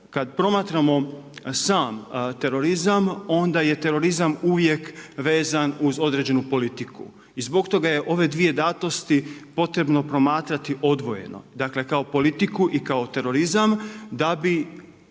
Kad promatramo sam terorizam onda je terorizam uvijek vezan uz određenu politiku, i zbog toga je ove dvije datosti potrebno promatrati odvojeno, dakle kao politiku i kao terorizam da bi